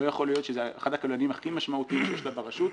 לא יכול להיות שזה אחד הקבלנים הכי משמעותיים שלה ברשות,